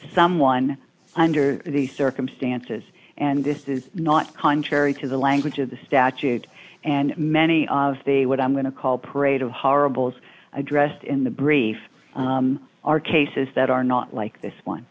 someone under these circumstances and this is not contrary to the language of the statute and many of the what i'm going to call parade of horribles addressed in the brief are cases that are not like this one